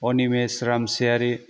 Animesh Ramsiyari